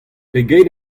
pegeit